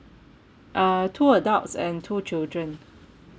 uh two adults and two children